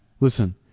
Listen